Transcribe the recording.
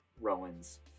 Rowan's